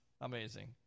Amazing